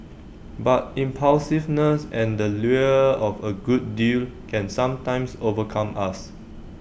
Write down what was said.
but impulsiveness and the lure of A good deal can sometimes overcome us